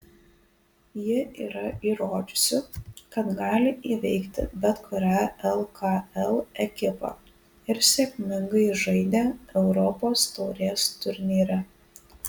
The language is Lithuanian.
ji yra įrodžiusi kad gali įveikti bet kurią lkl ekipą ir sėkmingai žaidė europos taurės turnyre